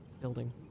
building